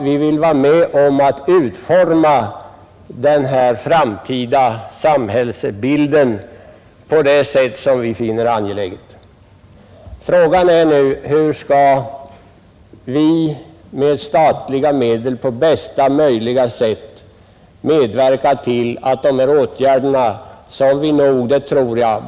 Vi vill vara med om att utforma den framtida samhällsbilden på det sätt som vi finner angeläget. Frågan är nu hur vi med statliga medel på bästa möjliga sätt skall medverka till att dessa åtgärder vidtas. Hur skall dessa pengar förmedlas på bästa sätt?